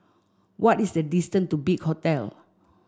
what is the distance to Big Hotel